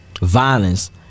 violence